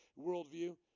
worldview